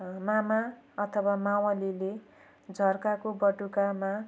मामा अथवा मवालीले झर्काको बटुकोमा